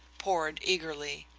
pored eagerly.